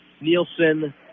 Nielsen